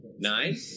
nine